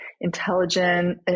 Intelligent